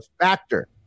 FACTOR